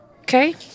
Okay